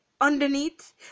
underneath